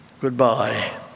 goodbye